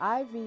IV